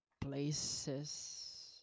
Places